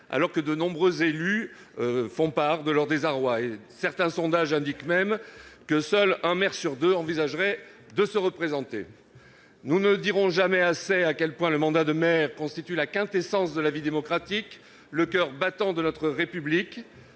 alors que de nombreux élus font part de leur désarroi. Certains sondages indiquent même que seul un maire sur deux envisagerait de se représenter. Nous ne dirons jamais assez combien le mandat de maire constitue la quintessence de la vie démocratique, le coeur battant de notre République.